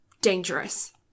dangerous